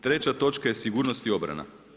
Treća točka je sigurnost i obrana.